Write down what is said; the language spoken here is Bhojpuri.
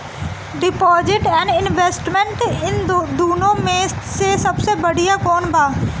डिपॉजिट एण्ड इन्वेस्टमेंट इन दुनो मे से सबसे बड़िया कौन बा?